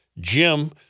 Jim